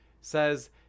says